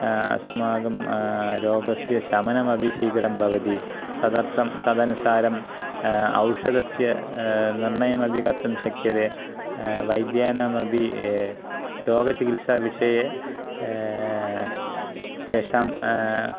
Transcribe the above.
अस्माकं रोगस्य शमनमपि शीघ्रं भवति तदर्थं तदनुसारम् औषधस्य निर्णयमपि कर्तुं शक्यते वैद्यानामपि रोगचिकित्साविषये तेषां